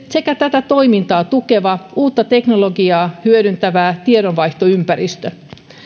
sekä tätä toimintaa tukeva uutta teknologiaa hyödyntävä tiedonvaihtoympäristö